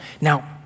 Now